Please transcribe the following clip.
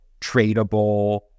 tradable